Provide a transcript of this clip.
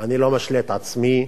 לא משלה את עצמי,